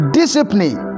discipline